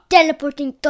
Teleporting